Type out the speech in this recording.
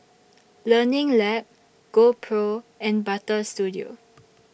Learning Lab GoPro and Butter Studio